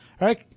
right